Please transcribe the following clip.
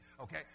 okay